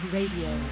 Radio